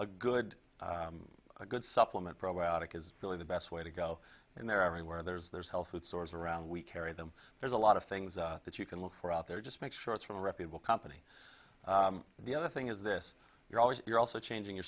a good a good supplement probiotic is really the best way to go and they're everywhere there's there's health food stores around we carry them there's a lot of things that you can look for out there just make sure it's from a reputable company and the other thing is this you're always you're also changing your